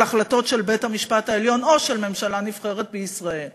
החלטות של בית-המשפט העליון או של ממשלה נבחרת בישראל.